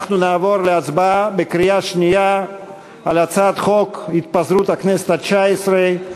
אנחנו נעבור להצבעה בקריאה שנייה על הצעת חוק התפזרות הכנסת התשע-עשרה,